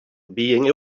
being